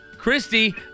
Christy